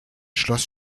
schloss